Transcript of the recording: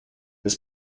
his